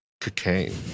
cocaine